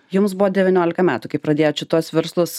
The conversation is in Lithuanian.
jums buvo devyniolika metų kai pradėjot šituos verslus